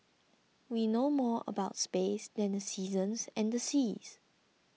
we know more about space than the seasons and the seas